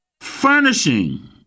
furnishing